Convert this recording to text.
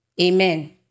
Amen